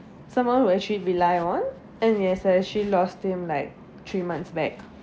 someone who actually rely on and yesterday she lost him like three months back